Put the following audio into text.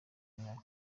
imyaka